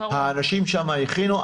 האנשים שם הכינו,